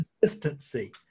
Consistency